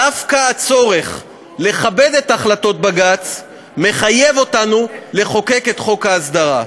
דווקא הצורך לכבד את החלטות בג"ץ מחייב אותנו לחוקק את חוק ההסדרה.